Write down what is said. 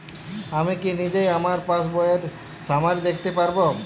আমি কি নিজেই আমার পাসবইয়ের সামারি দেখতে পারব?